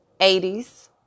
80s